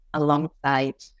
alongside